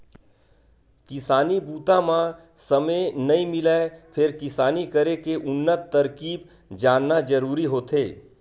किसानी बूता म समे नइ मिलय फेर किसानी करे के उन्नत तरकीब जानना जरूरी होथे